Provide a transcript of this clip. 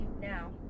now